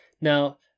Now